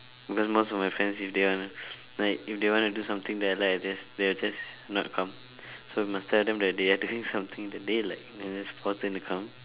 because most of my friends if they are like if they wanna do something that I like I'll just they'll just not come so must tell them that they are doing something that they like and just force them to come